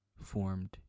formed